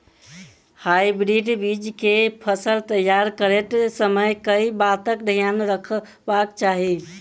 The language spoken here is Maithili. हाइब्रिड बीज केँ फसल तैयार करैत समय कऽ बातक ध्यान रखबाक चाहि?